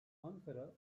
ankara